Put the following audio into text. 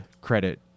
credit